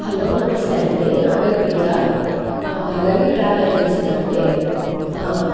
hello నమస్తే అండీ నా పేరు ప్రియా రవి ట్రావెల్ ఏజెన్సీ నా అండి ఆ